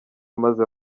maze